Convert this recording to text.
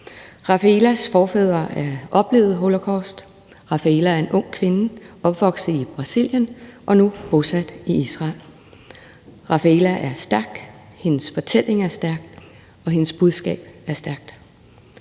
Rafaelas forfædre oplevede holocaust. Rafaela er en ung kvinde, der er opvokset i Brasilien og nu er bosat i Israel. Rafaela er stærk, hendes fortælling er stærk, og hendes budskab er stærkt.